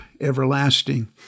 everlasting